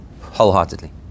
wholeheartedly